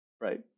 right